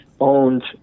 owned